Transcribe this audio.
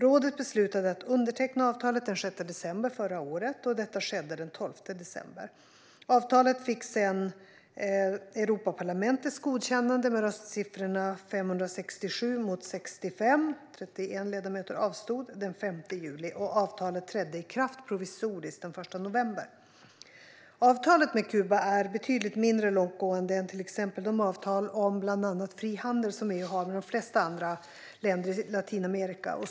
Rådet beslutade att underteckna avtalet den 6 december förra året, och detta skedde den 12 december. Avtalet fick sedan Europaparlamentets godkännande med röstsiffrorna 567 mot 65 - 31 ledamöter avstod - den 5 juli. Avtalet trädde i kraft provisoriskt den 1 november. Avtalet med Kuba är betydligt mindre långtgående än till exempel de avtal om bland annat frihandel som EU har med de flesta andra länder i Latinamerika.